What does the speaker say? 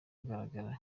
agaragara